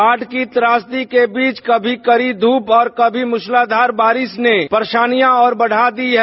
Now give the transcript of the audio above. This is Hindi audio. बाढ़ की त्रासदी के बीच कभी कड़ी धूप और कभी मूसलाधार बारिश ने परेशानियां और बढ़ा दी हैं